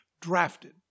Drafted